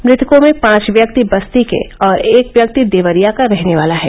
मृतको में पांच व्यक्ति बस्ती के और एक व्यक्ति देवरिया का रहने वाला है